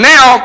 Now